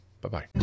Bye-bye